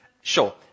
Sure